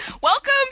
Welcome